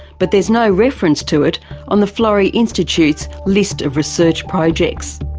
but there is no reference to it on the florey institute's list of research projects.